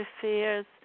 affairs